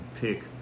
pick